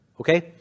Okay